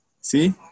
See